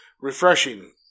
Refreshing